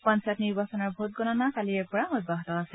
পঞ্চায়ত নিৰ্বাচনৰ ভোটগণনা কালিৰে পৰা অব্যাহত আছে